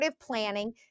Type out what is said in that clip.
planning